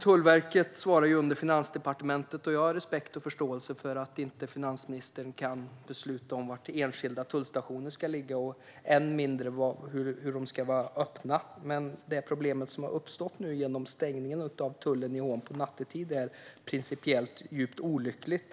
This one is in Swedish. Tullverket ligger under Finansdepartementet, och jag har respekt och förståelse för att finansministern inte kan besluta om var enskilda tullstationer ska ligga, än mindre när de ska vara öppna. Men problemet som har uppstått genom stängningen av tullen i Hån nattetid är principiellt djupt olyckligt.